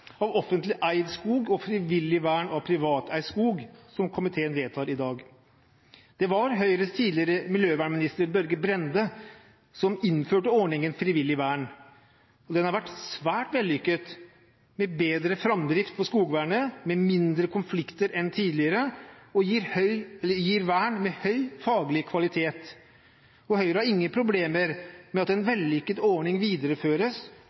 av offentlig eid skog og frivillig vern av privateid skog som blir vedtatt i dag. Det var Høyres tidligere miljøvernminister Børge Brende som innførte ordningen med frivillig vern, og den har vært svært vellykket, med bedre framdrift for skogvernet og mindre konflikter enn tidligere, og den gir vern med høy faglig kvalitet. Høyre har ingen problemer med at en vellykket ordning videreføres,